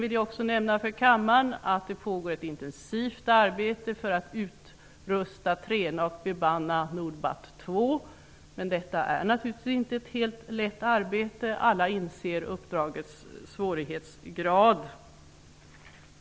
Jag vill också nämna för kammaren att det i realiteten pågår ett intensivt arbete för att utrusta, träna och bemanna Nordbat 2, men detta är naturligtvis inte ett helt lätt arbete -- alla inser uppdragets svårighetsgrad.